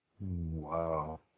Wow